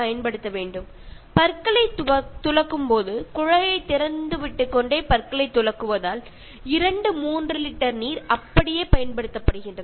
പല്ല് തേക്കുമ്പോഴും മറ്റും പൈപ്പ് തുറന്നിടുമ്പോൾ രണ്ടു മൂന്നു ലിറ്റർ വെള്ളമാണ് വെറുതെ പാഴായി പോകുന്നത്